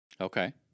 Okay